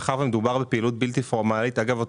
מאחר ומדובר בפעילות בלתי פורמלית אגב,